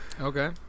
okay